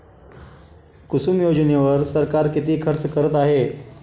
कुसुम योजनेवर सरकार किती खर्च करत आहे?